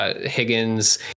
Higgins